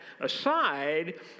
aside